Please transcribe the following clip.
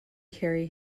carry